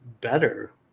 better